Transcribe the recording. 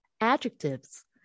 adjectives